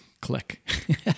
click